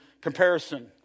comparison